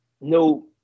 no